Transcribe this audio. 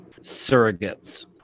Surrogates